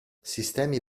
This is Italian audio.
sistemi